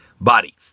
body